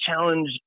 challenge